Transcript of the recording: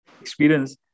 experience